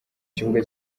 kibuga